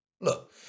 Look